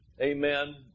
Amen